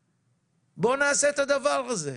בואו נעשה את הדבר הזה,